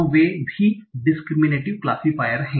तो वे भी डिस्क्रीमिनेटिव क्लासिफायर हैं